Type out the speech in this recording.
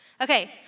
Okay